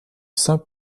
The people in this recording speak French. saint